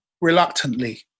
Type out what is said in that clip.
reluctantly